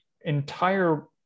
entire